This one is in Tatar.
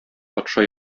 патша